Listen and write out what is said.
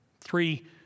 three